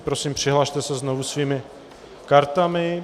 Prosím, přihlaste se znovu svými kartami.